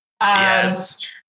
Yes